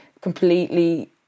completely